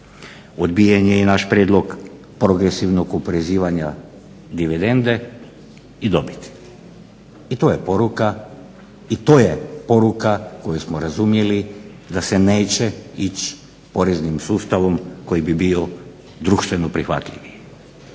Odbijen je i naš prijedlog progresivnog oporezivanja dividende i dobiti. I to je poruka koju smo razumjeli da se neće ići poreznim sustavom koji bi bio društveno prihvatljiviji.